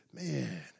man